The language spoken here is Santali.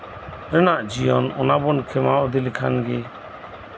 ᱨᱮᱱᱟᱜ ᱡᱤᱭᱚᱱ ᱚᱱᱟ ᱵᱚᱱ ᱠᱷᱮᱢᱟᱣ ᱤᱫᱤ ᱞᱮᱠᱷᱟᱱ ᱜᱮ